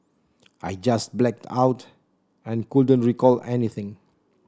I just blacked out and couldn't recall anything